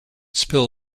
spill